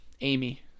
Amy